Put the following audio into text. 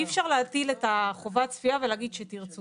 אי אפשר להטיל את חובת הצפייה ולהגיד 'כשתרצו',